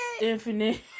Infinite